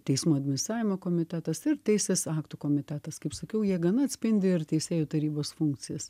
teismų administravimo komitetas ir teisės aktų komitetas kaip sakiau jie gana atspindi ir teisėjų tarybos funkcijas